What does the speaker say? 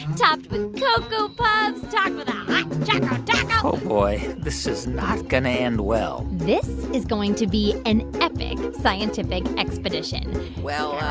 and topped with cocoa puffs, topped with a hot choco taco oh, boy, this is not going to end well this is going to be an epic scientific expedition well,